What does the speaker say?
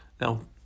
Now